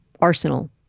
arsenal